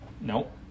Nope